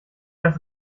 das